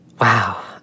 Wow